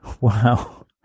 Wow